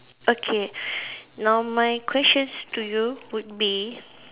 okay now my questions to you would be